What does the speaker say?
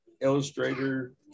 illustrator